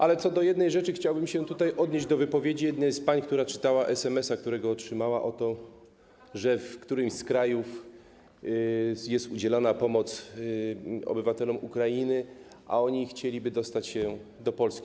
Ale do jednej rzeczy chciałbym się odnieść, do wypowiedzi jednej z pań, która czytała SMS-a, którego otrzymała, że oto w którymś z krajów jest udzielana pomoc obywatelom Ukrainy, a oni chcieliby dostać się do Polski.